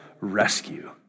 rescue